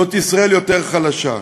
זאת ישראל יותר חלשה.